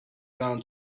down